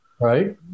right